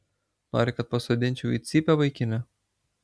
nori kad pasodinčiau į cypę vaikine